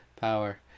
power